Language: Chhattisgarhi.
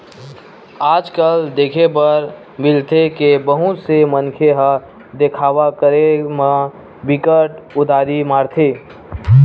आज कल देखे बर मिलथे के बहुत से मनखे ह देखावा करे म बिकट उदारी मारथे